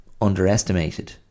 underestimated